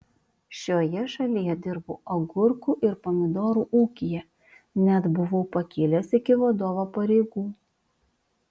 šioje šalyje dirbau agurkų ir pomidorų ūkyje net buvau pakilęs iki vadovo pareigų